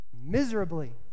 miserably